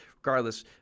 regardless